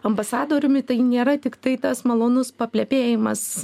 ambasadoriumi tai nėra tiktai tas malonus paplepėjimas